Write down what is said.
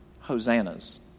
Hosannas